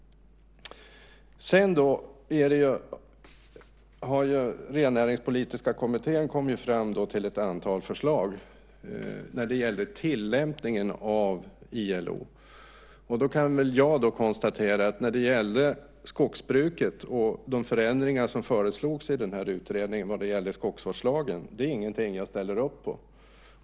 Rennäringspolitiska kommittén kom fram till ett antal förslag om tillämpningen av ILO-konventionen. Detta med skogsbruket och de förändringar som föreslogs i utredningen vad gäller skogsvårdslagen är inget som jag ställer upp på.